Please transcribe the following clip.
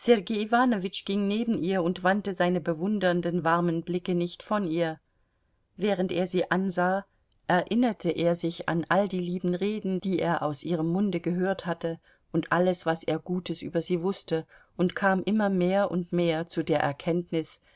ging neben ihr und wandte seine bewundernden warmen blicke nicht von ihr während er sie ansah erinnerte er sich an all die lieben reden die er aus ihrem munde gehört hatte und alles was er gutes über sie wußte und kam immer mehr und mehr zu der erkenntnis